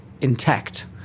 intact